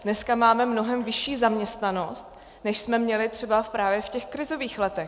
Dnes máme mnohem vyšší zaměstnanost, než jsme měli třeba právě v těch krizových letech.